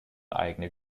eigene